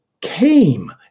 came